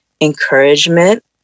encouragement